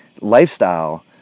lifestyle